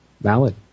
valid